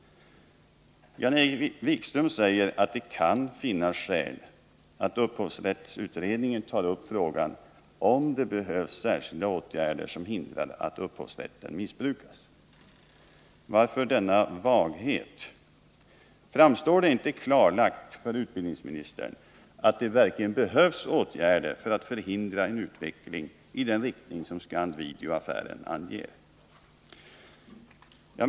Jan-Erik Wikström säger att det kan finnas skäl för att upphovsrättsutredningen tar upp frågan om det behövs särskilda åtgärder som hindrar att upphovsrätten missbrukas. Varför denna vaghet? Har inte utbildningsministern fått klart för sig att det verkligen behövs åtgärder för att förhindra en utveckling i den riktning som Scand-Videoaffären anger?